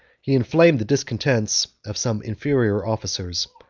he inflamed the discontents of some inferior officers,